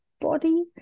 body